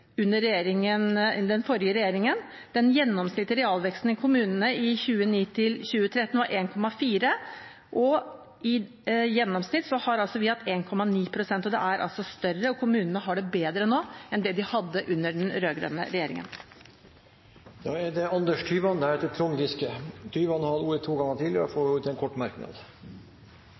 under den forrige regjeringen. Den gjennomsnittlige realveksten i kommunene fra 2009 til 2013 var 1,4 pst. – i gjennomsnitt har vi hatt 1,9 pst. Den er altså større, og kommunene har det bedre nå enn det de hadde det under den rød-grønne regjeringen. Representanten Anders Tyvand har hatt ordet to ganger tidligere og får ordet til en kort merknad,